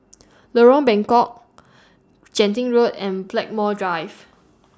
Lorong Bengkok Genting Road and Blackmore Drive